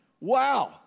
Wow